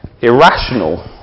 irrational